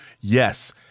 Yes